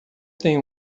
tem